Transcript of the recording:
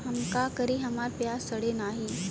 हम का करी हमार प्याज सड़ें नाही?